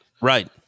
Right